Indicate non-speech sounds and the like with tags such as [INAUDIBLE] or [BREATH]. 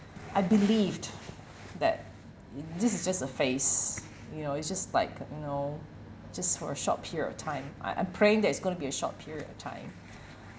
I believed that this is just a phase you know it's just like you know just for a short of period of time I I'm praying that it's going to be a short period of time [BREATH]